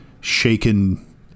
shaken